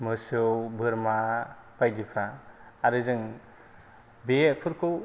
मोसौ बोरमा बायदिफोरा आरो जों बेफोरखौ